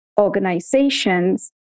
organizations